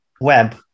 web